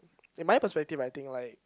in my perspective I think like